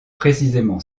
précisément